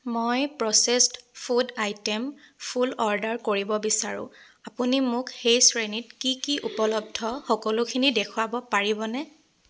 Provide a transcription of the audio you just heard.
মই processed food item full order কৰিব বিচাৰোঁ আপুনি মোক সেই শ্ৰেণীত কি কি উপলব্ধ সকলোখিনি দেখুৱাব পাৰিবনে